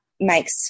makes